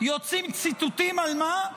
יוצאים ציטוטים, על מה?